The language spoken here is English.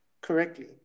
correctly